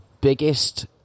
biggest